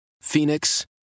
Phoenix